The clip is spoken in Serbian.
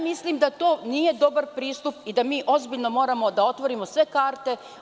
Mislim da to nije dobar pristup i da mi moramo ozbiljno da otvorimo sve karte.